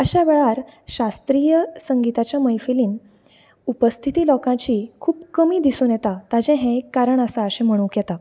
अशा वेळार शास्त्रीय संगिताच्या मैफिलीन उपस्थिति लोकांची खूब कमी दिसून येता ताजे हे एक कारण आसा अशे म्हुणूक येता